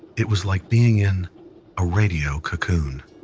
it was like being in a radio cocoon.